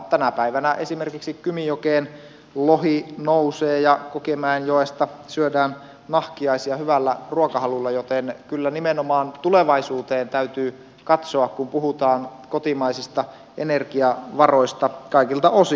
tänä päivänä esimerkiksi kymijokeen lohi nousee ja kokemäenjoesta syödään nahkiaisia hyvällä ruokahalulla joten kyllä nimenomaan tulevaisuuteen täytyy katsoa kun puhutaan kotimaisista energiavaroista kaikilta osin